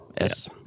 Yes